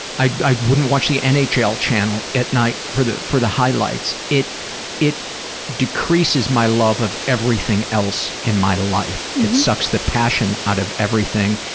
i wouldn't watch the and nhl channel channel at night for the for the highlights. it it decreases my love of everything else in my life. it sucks the passion out of everything.